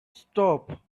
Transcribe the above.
stop